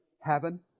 heaven